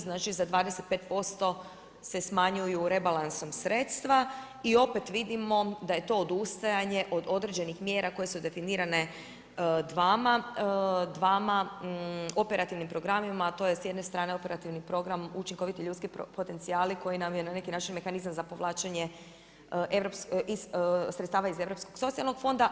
Znači za 25% se smanjuju rebalansom sredstva i opet vidimo da je to odustajanje od određenih mjera koje su definirane dvama operativnim programima, a to je s jedne strane operativni program učinkoviti ljudski potencijali koji nam je na neki način mehanizam za povlačenje sredstava iz Europskog socijalnog fonda.